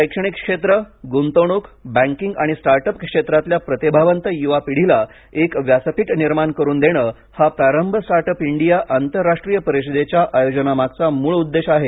शैक्षणिक क्षेत्र गुंतवणूक बँकिंग आणि स्टार्ट अप क्षेत्रातल्या प्रतिभावंत युवा पिढीला एक व्यासपीठ निर्माण करून देण हा प्रारंभ स्टार्ट अप इंडिया आंतरराष्ट्रीय परिषदेच्या आयोजनामागचा मूळ उद्देश आहे